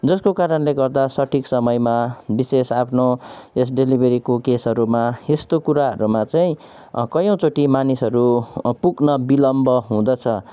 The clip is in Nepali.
जसको कारणले गर्दा सठिक समयमा विशेष आफ्नो यस डेलिभरीको केसहरूमा यस्तो कुरोहरूमा चाहिँ कयौँचोटि मानिसहरू पुग्न विलम्ब हुँदछ